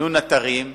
סינון אתרים,